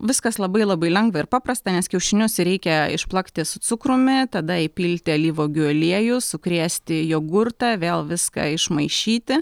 viskas labai labai lengva ir paprasta nes kiaušinius reikia išplakti su cukrumi tada įpilti alyvuogių aliejų sukrėsti jogurtą vėl viską išmaišyti